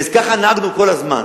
וכך נהגנו כל הזמן.